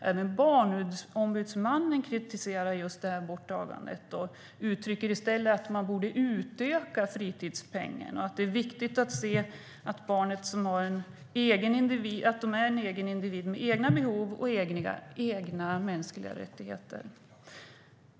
Även Barnombudsmannen kritiserar borttagandet och uttrycker att man i stället borde utöka fritidspengen och att det är viktigt att se barnet som en egen individ med egna behov och egna mänskliga rättigheter.